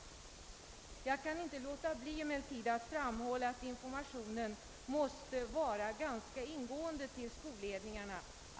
Jag kan emellertid inte låta bli att framhålla att informationen till skolledningarna måste vara ganska ingående.